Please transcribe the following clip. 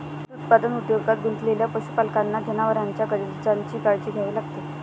दूध उत्पादन उद्योगात गुंतलेल्या पशुपालकांना जनावरांच्या गरजांची काळजी घ्यावी लागते